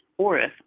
ORIF